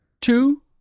two